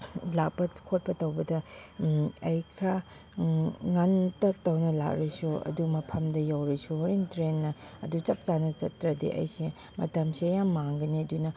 ꯂꯥꯛꯄ ꯈꯣꯠꯄ ꯇꯧꯕꯗ ꯑꯩ ꯈꯔꯥ ꯉꯟꯇꯛ ꯇꯧꯅ ꯂꯥꯛꯂꯁꯨ ꯑꯗꯨ ꯃꯐꯝꯗ ꯌꯧꯔꯁꯨ ꯍꯣꯔꯦꯟ ꯇ꯭ꯔꯦꯟꯅ ꯑꯗꯨ ꯆꯞ ꯆꯥꯅ ꯆꯠꯇ꯭ꯔꯗꯤ ꯑꯩꯁꯦ ꯃꯇꯝꯁꯦ ꯌꯥꯝ ꯃꯥꯡꯒꯅꯤ ꯑꯗꯨꯅ